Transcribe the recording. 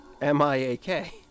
M-I-A-K